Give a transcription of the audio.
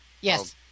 Yes